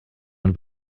and